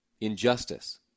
injustice